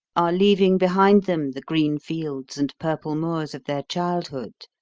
are leaving behind them the green fields and purple moors of their childhood,